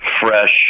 fresh